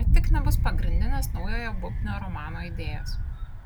ar tik nebus pagrindinės naujojo bubnio romano idėjos